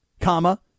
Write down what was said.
comma